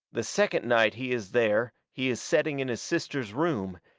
the second night he is there he is setting in his sister's room,